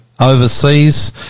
Overseas